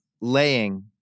laying